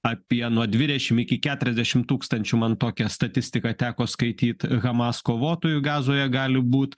apie nuo dvidešim iki keturiasdešim tūkstančių man tokią statistiką teko skaityt hamas kovotojų gazoje gali būt